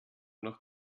noch